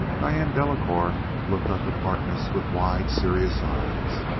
diane delacouer looked up at harkness with wide, serious eyes.